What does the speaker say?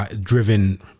driven